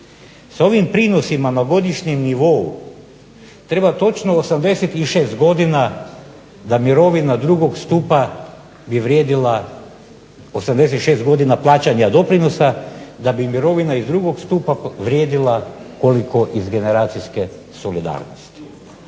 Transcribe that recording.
S ovim prinosima na godišnjem nivou treba točno 86 godina da mirovina drugog stupa bi vrijedila, 86 godina plaćanja doprinosa da bi mirovina iz drugog stupa vrijedila koliko iz generacijske solidarnosti.